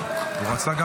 תודה רבה.